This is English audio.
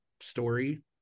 story